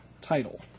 title